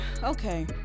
okay